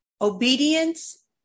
obedience